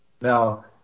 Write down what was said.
Now